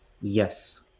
Yes